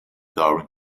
darwin